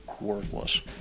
worthless